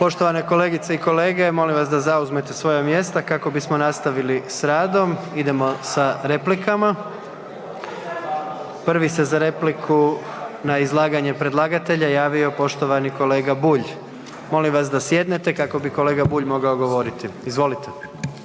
Poštovane kolegice i kolege molim vas da zauzmete svoja mjesta kako bismo nastavili s radom. Idemo sa replikama. Prvo se za repliku na izlaganje predlagatelja javio poštovani kolega Bulj. Molim vas da sjednete kako bi kolega Bulj mogao govoriti. Izvolite.